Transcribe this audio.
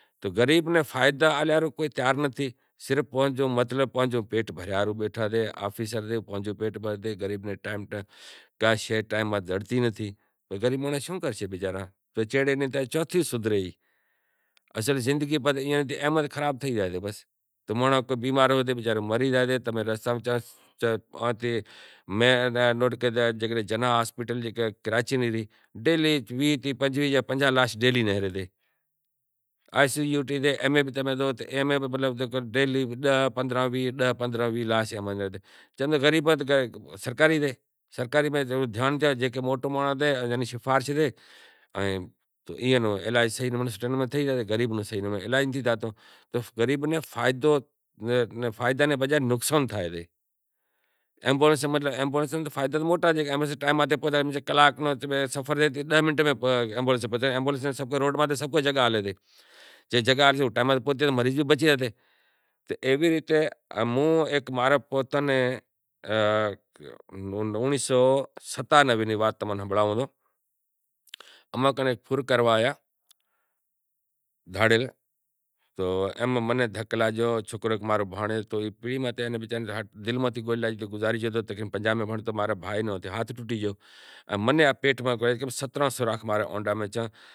تو غریب ناں فائدا آلیا ہاروں کو تیار نتھی بس آپرو پیٹ بھریا ہاروں بیٹھا سے اصل زندگی میں اینا اعمال خراب تھئی گیا میں نوٹ کریو کہ جناح اسپتال کراچی نی تھی تو ڈیلی ویہہ پنجویہہ پنجاہ لاش ڈیلی نیکریں، آئی سی یو ٹی میں بھی ڈیلی پندراہ ویہہ لاش نیکریں، موٹا مانڑاں نو صحیح نمونے علاج کریں غریباں نو صحیح علاج تھاتو نتھی۔ ایمبولینس میں فائدا تو موٹا سے جے کلاک ناں سفر سے تو داہ منٹ میں پوہچی زائیں، روڈ ماتھے ایمبولینس ناں سبھ کو جگہہ آلے۔ ٹیم ماتھے پوہچے زائیں تو مریض بھی بچے زاشے۔ تو ایوی ریت موں ایک ماں رے پوتا نی اونڑیہہ سو ستانوے نی وات تماں نے ہنبھڑائوں تو اماں کنوں فر کروا آیا دھاڑیل تو منیں دھک لاگیو ایک سوکرے ناں دھک لاگیو ہیک سوکرو گزاری گیو بیزے نو ہاتھ فوٹی گیو منیں اپڈیٹ کرو کہ